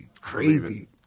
crazy